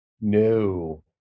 No